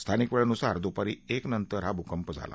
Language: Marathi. स्थानिक वेळेनुसार दूपारी एक नंतर हा भूकंप झाला